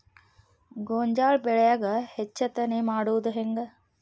ಗೋಂಜಾಳ ಬೆಳ್ಯಾಗ ಹೆಚ್ಚತೆನೆ ಮಾಡುದ ಹೆಂಗ್?